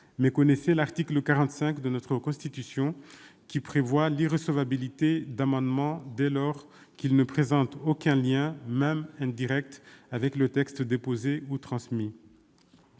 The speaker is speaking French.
méconnaissait l'article 45 de notre Constitution, qui prévoit l'irrecevabilité d'amendements ne présentant aucun lien, même indirect, avec le texte déposé ou transmis.